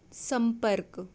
सम्पर्क